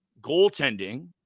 Goaltending